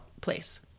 place